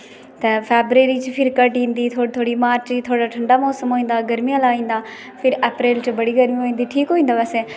ते फेवररी च फिर कट्टी जंदी थोह्ड़ी थोह्ड़ी मार्च च थोह्ड़ा ठंडा मौसम होई जंदा गर्मी आहला आई जंदा फिर अप्रैल च बड़ी गर्मी होई जंदी ठीक होई जंदा वैसे मौसम